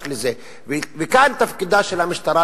וכאן תפקידה של המשטרה,